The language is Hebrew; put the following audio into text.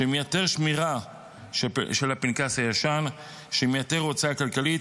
שמייתר שמירה של הפנקס הישן, שמייתר הוצאה כלכלית,